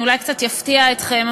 אני אולי קצת אפתיע אתכם,